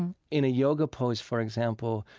and in a yoga pose, for example,